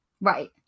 Right